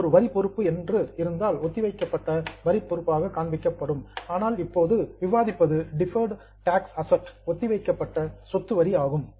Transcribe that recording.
இது ஒரு வரி பொறுப்பு என்று இருந்தால் ஒத்திவைக்கப்பட்ட வரி பொறுப்பாக காண்பிக்கப்படும் ஆனால் இப்போது நாம் விவாதிப்பது டிஃபர்டு டேக்ஸ் அசட் ஒத்திவைக்கப்பட்ட சொத்து வரி ஆகும்